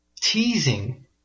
teasing